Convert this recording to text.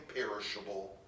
imperishable